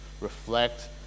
reflect